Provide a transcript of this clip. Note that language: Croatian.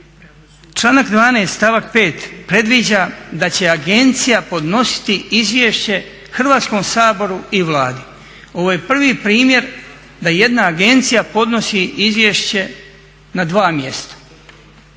Članak 12. stavak 5. predviđa da će agencija podnositi izvješće Hrvatskom saboru i Vladi. Ovo je prvi primjer da jedna agencija podnosi izvješće na dva mjesta.